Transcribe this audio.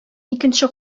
икенче